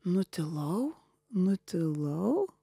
nutilau nutilau